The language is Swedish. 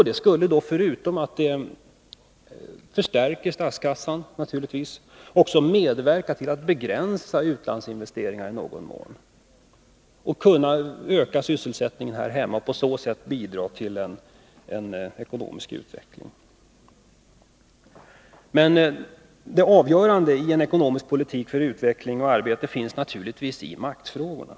Detta skulle — förutom att det naturligtvis förstärker statskassan — också medverka till att i någon mån begränsa utlandsinvesteringarna och kunna öka sysselsättningen här hemma och på så sätt bidra till en ekonomisk utveckling. Men det avgörande i en ekonomisk politik för utveckling och arbete finns naturligtvis i maktfrågorna.